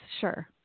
sure